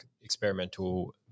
experimental